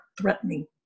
threatening